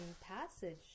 passage